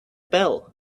bell